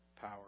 power